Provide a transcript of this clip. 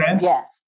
Yes